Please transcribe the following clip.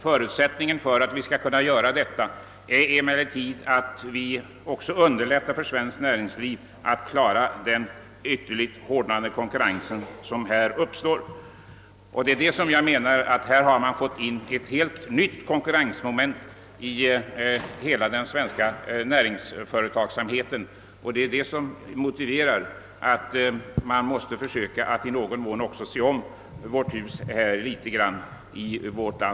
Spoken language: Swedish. Förutsättningen härför är emellertid att vi också underlättar för svenskt näringsliv att klara den ytterligare hårdnande konkurrens som blir resultatet av andra länders devalvering. Det har alltså nu kommit in ett helt nytt konkurrensmoment som motiverar att vi försöker se om vårt hus i möjligaste mån.